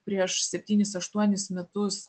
prieš septynis aštuonis metus